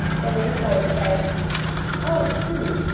the little boy said oh, sue,